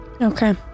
Okay